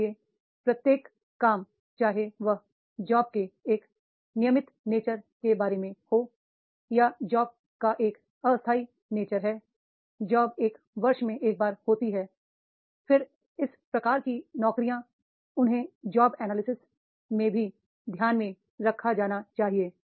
इसलिए प्रत्येक काम चाहे वह जॉब के एक नियमित नेचर के बारे में हो जॉब का एक अस्थायी नेचर है जॉब एक वर्ष में एक बार होती है फिर इस प्रकार की नौकरियां उन्हें जॉब एनालिसिस में भी ध्यान में रखा जाना चाहिए